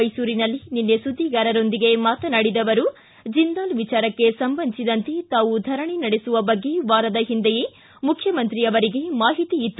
ಮೈಸೂರಿನಲ್ಲಿ ನಿನ್ನೆ ಸುದ್ದಿಗಾರರೊಂದಿಗೆ ಮಾತನಾಡಿದ ಅವರು ಜಿಂದಾಲ್ ವಿಚಾರಕ್ಕೆ ಸಂಬಂಧಿಸಿದಂತೆ ತಾವು ಧರಣಿ ನಡೆಸುವ ಬಗ್ಗೆ ವಾರದ ಹಿಂದೆಯೇ ಮುಖ್ಯಮಂತ್ರಿಗಳಿಗೆ ಮಾಹಿತಿ ಇತ್ತು